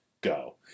go